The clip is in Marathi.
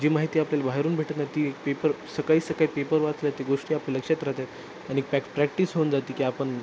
जी माहिती आपल्याला बाहेरून भेटत नाही ती पेपर सकाळी सकाळी पेपर वाचल्यावर ते गोष्टी आपल्या लक्षात राहतात आणि पॅक प्रॅक्टिस होऊन जात आहे की आपण